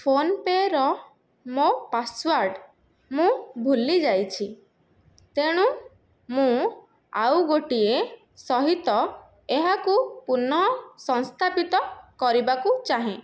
ଫୋନ୍ପେ'ର ମୋ ପାସୱାର୍ଡ଼ ମୁଁ ଭୁଲି ଯାଇଛି ତେଣୁ ମୁଁ ଆଉ ଗୋଟିଏ ସହିତ ଏହାକୁ ପୁନଃସଂସ୍ଥାପିତ କରିବାକୁ ଚାହେଁ